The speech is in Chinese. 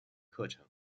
课程